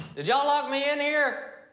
did y'all lock me in here?